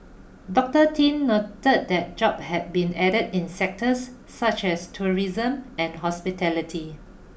Doctor Tin noted that job had been added in sectors such as tourism and hospitality